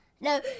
No